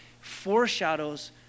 foreshadows